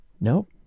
Nope